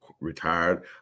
retired